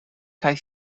kaj